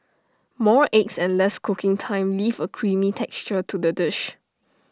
more eggs and less cooking time leave A creamy texture to the dish